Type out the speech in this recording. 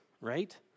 right